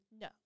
No